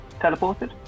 teleported